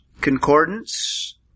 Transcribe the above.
concordance